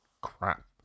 crap